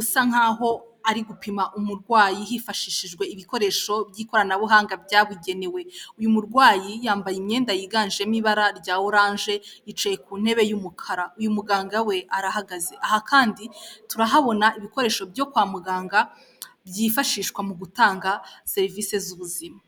usa nk'aho ari gupima umurwayi hifashishijwe ibikoresho by'ikoranabuhanga byabugenewe, uyu murwayi yambaye imyenda yiganjemo ibara rya orange yicaye ku ntebe y'umukara, uyu muganga we arahagaze, aha kandi turahabona ibikoresho byo kwa muganga byifashishwa mu gutanga serivisi z'ubuzima.